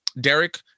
Derek